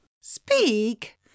Speak